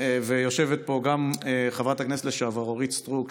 יושבת פה גם חברת הכנסת לשעבר אורית סטרוק,